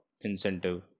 incentive